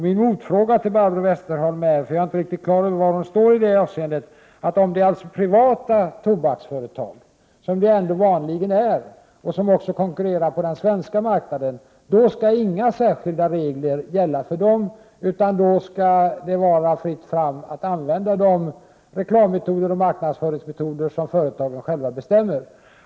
Min motfråga till Barbro Westerholm är denna, eftersom jag inte riktigt är på det klara med var hon står i det avseendet: Om det är privata tobaksbolag, som det ändå vanligen är, som konkurrerar på den svenska marknaden, skall då särskilda regler gälla för dem, eller skall det då vara fritt fram för dem att använda de reklammetoder och de marknadsföringsmetoder som företagen själva be stämmer?